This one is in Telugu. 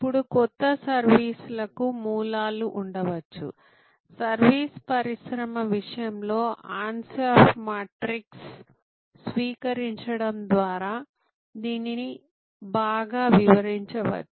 ఇప్పుడు క్రొత్త సర్వీస్ లకు మూలాలు ఉండవచ్చు సర్వీస్ పరిశ్రమ విషయంలో అన్సాఫ్ మ్యాట్రిక్స్ స్వీకరించడం ద్వారా దీనిని బాగా వివరించవచ్చు